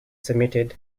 submitted